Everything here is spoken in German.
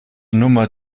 nummer